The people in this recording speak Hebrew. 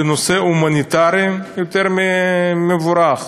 לנושאים הומניטריים, יותר ממבורך.